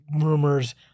rumors